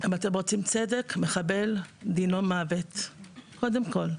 אם אתם רוצים צדק, מחבל דינו מוות קודם כל.